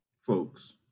folks